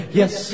yes